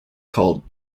called